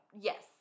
Yes